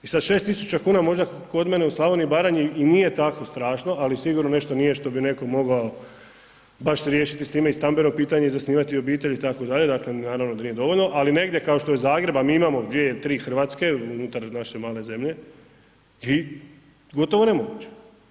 I sad 6.000 kuna možda kod mene u Slavoniji i Baranji i nije tako strašno ali sigurno nešto nije što bi netko mogao baš riješiti s time i stambeno pitanje i zasnivati obitelj itd., dakle naravno da nije dovoljno, ali negdje kao što je Zagreb, a mi imamo 2 ili 3 Hrvatske unutar naše male zemlje i gotovo nemoguće.